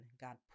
God